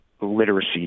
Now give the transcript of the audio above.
literacy